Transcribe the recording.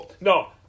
No